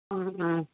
ആ ആ